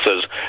says